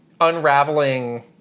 unraveling